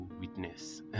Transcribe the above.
witness